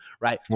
Right